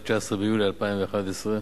19 ביולי 2011,